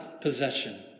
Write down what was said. possession